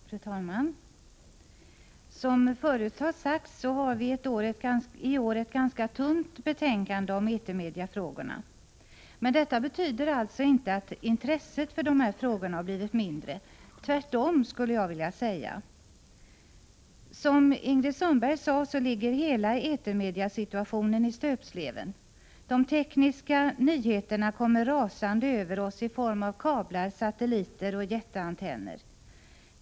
Fru talman! Som förut har sagts har vi i år ett ganska tunt betänkande om etermediafrågorna. Men detta betyder inte att intresset för dessa frågor blivit mindre. Tvärtom, skulle jag vilja säga. Som Ingrid Sundberg sade ligger hela etermediasituationen i stöpsleven. De tekniska nyheterna kommer rasande över oss i form av kablar, satelliter och jätteantenner.